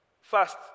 First